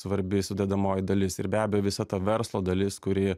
svarbi sudedamoji dalis ir be abejo visa ta verslo dalis kuri